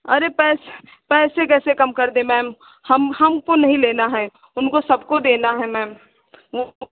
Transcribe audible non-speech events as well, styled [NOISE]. अरे पैसे पैसे कैसे कम कर दें मैम हम हमको नहीं लेना है हमको सबको देना है मैम [UNINTELLIGIBLE]